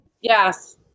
Yes